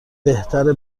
بهتره